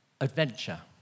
adventure